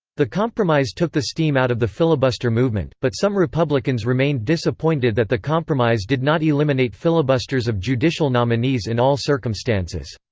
the compromise took the steam out of the filibuster movement, but some republicans remained disappointed that the compromise did not eliminate filibusters of judicial nominees in all circumstances.